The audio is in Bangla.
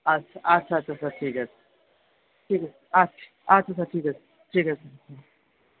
আচ্ছা আচ্ছা আচ্ছা স্যার ঠিক আছে ঠিক আছে আচ্ছা আচ্ছা স্যার ঠিক আছে ঠিক আছে